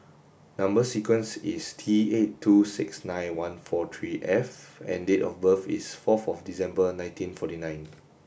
number sequence is T eight two six nine one four three F and date of birth is fourth of December nineteen forty nine